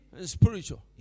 spiritual